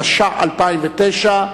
התש"ע 2009,